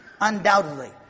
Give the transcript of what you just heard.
...undoubtedly